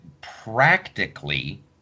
practically